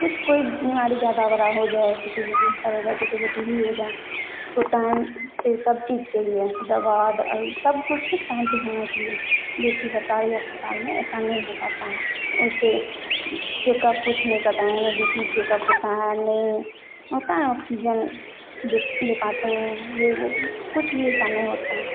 कुछ कोई बीमारी ज़्यादा बड़ा हो जाए किसी को कैंसर हो जाए किसी को टी बी हो जाए उसको टाइम पे सब चीज चाहिए दवा दारू सब कुछ टाइम पे होना चाहिए जबकि सरकारी अस्पताल में ऐसा नहीं हो पाता है उसपे चेकअप कुछ नहीं करवाएँगे न ही बी पी चेकअप होता है न ही होता है ना ऑक्सीजन दे दे पाते हैं ये वो कुछ भी ऐसा नहीं होता है